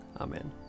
Amen